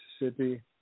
Mississippi